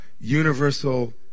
universal